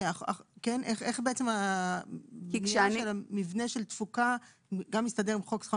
איך מבנה של תפוקה מסתדר עם חוק שכר